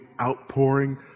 outpouring